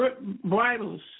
bridles